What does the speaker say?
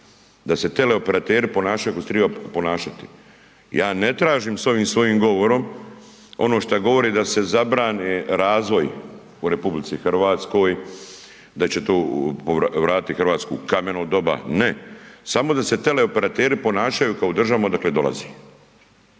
da se tele operateri ponašaju kako se triba ponašati. Ja ne tražim s ovim svojim govorom ono šta govori da se zabrani razvoj u RH, da će to vratiti RH u kameno doba, ne, samo da se tele operateri ponašaju kao u državama odakle dolazi.